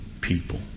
people